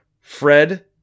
Fred